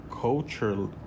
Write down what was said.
culture